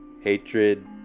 hatred